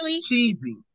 Cheesy